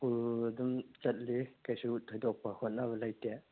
school ꯑꯗꯨꯝ ꯆꯠꯂꯤ ꯀꯩꯁꯨ ꯊꯣꯏꯗꯣꯛꯄ ꯍꯣꯠꯅꯕ ꯂꯩꯇꯦ